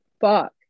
fuck